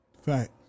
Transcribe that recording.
Fact